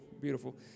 beautiful